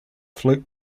float